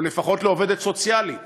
או לפחות לעובדת סוציאלית,